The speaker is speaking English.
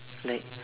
like